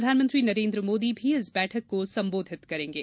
प्रधानमंत्री नरेन्द्र मोदी भी इस बैठक को सम्बोधित करेंगे